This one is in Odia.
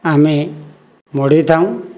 ଆମେ ମଡ଼େଇ ଥାଉଁ